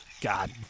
God